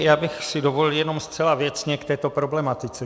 Já bych si dovolil jenom zcela věcně k této problematice.